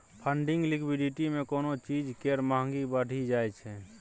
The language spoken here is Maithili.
फंडिंग लिक्विडिटी मे कोनो चीज केर महंगी बढ़ि जाइ छै